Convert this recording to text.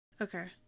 Okay